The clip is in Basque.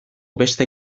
beste